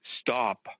stop